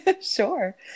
Sure